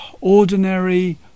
ordinary